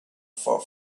far